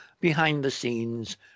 behind-the-scenes